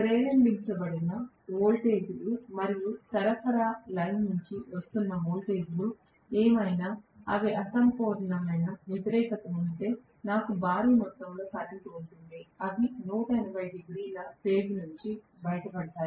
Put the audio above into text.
ప్రేరేపించబడిన వోల్టేజీలు మరియు సరఫరా లైన్ నుండి వస్తున్న వోల్టేజ్ ఏమైనా అవి అసంపూర్ణమైన వ్యతిరేకత అయితే నాకు భారీ మొత్తంలో కరెంట్ ఉంటుంది అవి 180 డిగ్రీల ఫేజ్ నుండి బయటపడతాయి